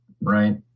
Right